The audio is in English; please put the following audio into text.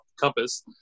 compass